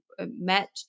met